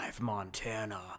Montana